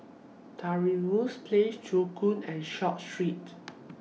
Trevose Place Joo Koon and Short Street